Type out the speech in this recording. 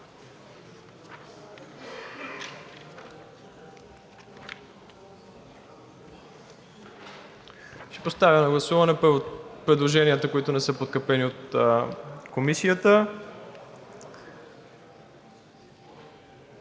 Ще поставя на гласуване първо предложенията, които не са подкрепени от Комисията.